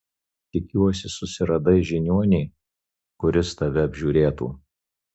tikiuosi susiradai žiniuonį kuris tave apžiūrėtų